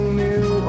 new